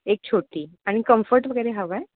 एक छोटी आणि कम्फर्ट वगैरे हवं आहे